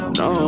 no